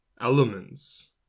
elements